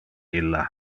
illa